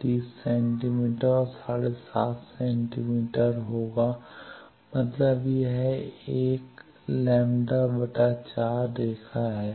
30 centimetre और 75 centimetre होगा मतलब यह एक λ 4 रेखा है